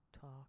talk